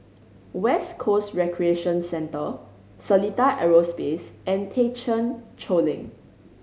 West Coast Recreation Centre Seletar Aerospace and Thekchen Choling